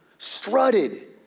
Strutted